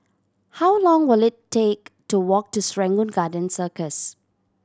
how long will it take to walk to Serangoon Garden Circus